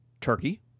Turkey